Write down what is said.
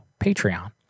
Patreon